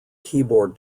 keyboard